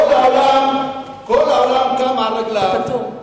כל העולם קם על רגליו,